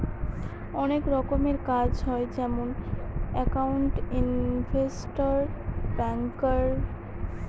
অনেক রকমের কাজ হয় যেমন একাউন্ট, ইনভেস্টর, ব্যাঙ্কার